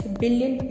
billion